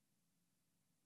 בעד אופיר סופר,